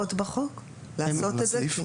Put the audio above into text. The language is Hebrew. בהוראות בחוק כדי לעשות את זה?